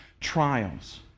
trials